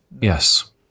Yes